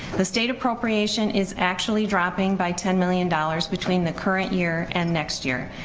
the state appropriation is actually dropping by ten million dollars between the current year and next year,